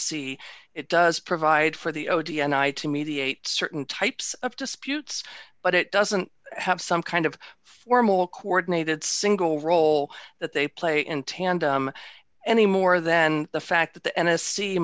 c it does provide for the o d n i to mediate certain types of disputes but it doesn't have some kind of formal coordinated single role that they play in tandem any more than the fact that the n